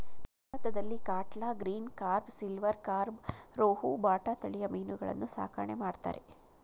ಭಾರತದಲ್ಲಿ catla, green carp, silver carp, rohu, ಬಾಟ ತಳಿಯ ಮೀನುಗಳನ್ನು ಸಾಕಣೆ ಮಾಡ್ತರೆ